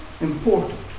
important